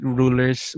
rulers